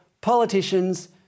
politicians